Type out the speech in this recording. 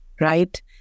right